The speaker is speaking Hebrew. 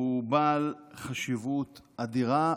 והוא בעל חשיבות אדירה.